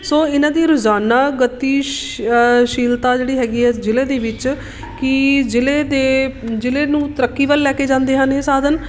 ਸੋ ਇਹਨਾਂ ਦੀ ਰੋਜ਼ਾਨਾ ਗਤੀ ਸ਼ ਸ਼ੀਲਤਾ ਜਿਹੜੀ ਹੈਗੀ ਹੈ ਜ਼ਿਲ੍ਹੇ ਦੇ ਵਿੱਚ ਕਿ ਜ਼ਿਲ੍ਹੇ ਅਤੇ ਜ਼ਿਲ੍ਹੇ ਨੂੰ ਤਰੱਕੀ ਵੱਲ ਲੈ ਕੇ ਜਾਂਦੇ ਹਨ ਇਹ ਸਾਧਨ